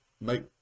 make